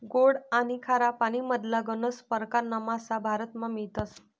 गोड आनी खारा पानीमधला गनज परकारना मासा भारतमा मियतस